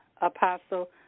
Apostle